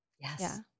Yes